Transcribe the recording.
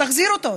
תחזיר אותו.